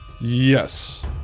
Yes